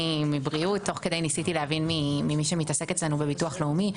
אני מבריאות ותוך כדי ניסיתי להבין ממי שמתעסק אצלנו בביטוח לאומי.